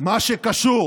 מה שקשור